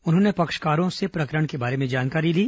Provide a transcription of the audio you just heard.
उन्होंने पक्षकारों से प्रकरण के बारे में जानकारी ली